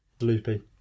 Loopy